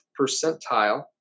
percentile